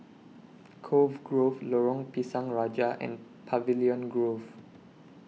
Cove Grove Lorong Pisang Raja and Pavilion Grove